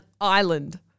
island